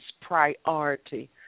priority